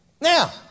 Now